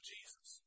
Jesus